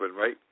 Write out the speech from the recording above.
right